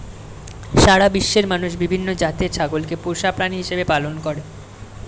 সারা বিশ্বের মানুষ বিভিন্ন জাতের ছাগলকে পোষা প্রাণী হিসেবে পালন করে